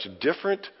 different